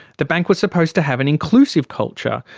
the bank was supposed to have an inclusive culture.